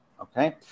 okay